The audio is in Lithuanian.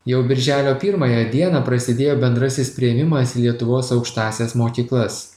jau birželio pirmąją dieną prasidėjo bendrasis priėmimas į lietuvos aukštąsias mokyklas